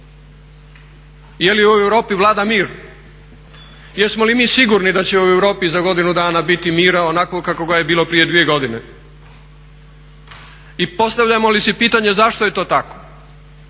Je li u Europi vlada mir? Jesmo li mi sigurni da će u Europi za godinu dana biti mira onako kako ga je bilo prije dvije godine? I postavljamo li si pitanje zašto je to tako?